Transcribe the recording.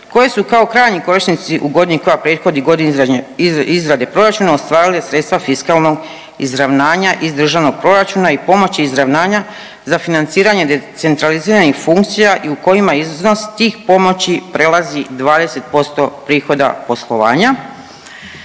koje su kao krajnji korisnici u godini koja prethodi godini izrade proračuna ostvarili sredstva fiskalnog izravnanja iz državnog proračuna i pomoći izravnanja za financiranje decentraliziranih funkcija i u kojima iznos tih pomoći prelazi 20% prihoda poslovanja